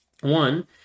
one